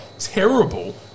terrible